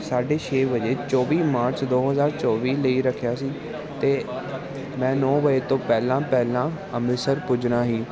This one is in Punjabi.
ਸਾਢੇ ਛੇ ਵਜੇ ਚੌਵੀ ਮਾਰਚ ਦੋ ਹਜ਼ਾਰ ਚੌਵੀ ਲਈ ਰੱਖਿਆ ਸੀ ਤੇ ਮੈਂ ਨੌਂ ਵਜੇ ਤੋਂ ਪਹਿਲਾਂ ਪਹਿਲਾਂ ਅੰਮ੍ਰਿਤਸਰ ਪੁੱਜਣਾ ਸੀ